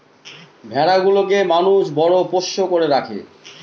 ভেড়া গুলোকে মানুষ বড় পোষ্য করে রাখে